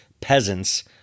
peasants